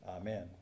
Amen